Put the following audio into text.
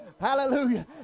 Hallelujah